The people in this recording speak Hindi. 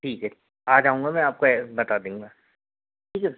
ठीक है आ जाऊँगा मैं आपको बता दूँगा ठीक है